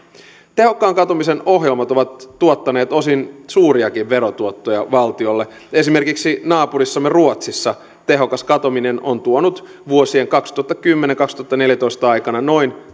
tehokkaan katumisen ohjelmat ovat tuottaneet osin suuriakin verotuottoja valtiolle esimerkiksi naapurissamme ruotsissa tehokas katuminen on tuonut vuosien kaksituhattakymmenen viiva kaksituhattaneljätoista aikana noin